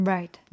Right